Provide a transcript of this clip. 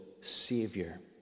savior